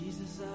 Jesus